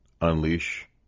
Unleash